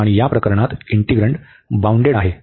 आणि या प्रकरणात इंटिग्रण्ड बाउंडेड आहे